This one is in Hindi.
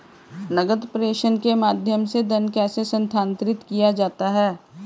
नकद प्रेषण के माध्यम से धन कैसे स्थानांतरित किया जाता है?